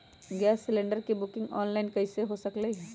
Gas cylinder के booking online कईसे हो सकलई ह?